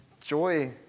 joy